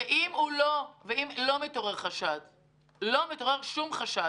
ואם לא מתעורר שום חשד?